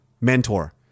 mentor